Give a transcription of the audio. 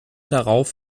darauf